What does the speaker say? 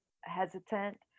hesitant